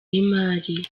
y’imari